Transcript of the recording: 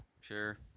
Sure